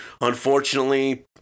unfortunately